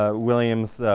ah williams